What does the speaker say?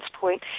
point